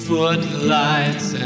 Footlights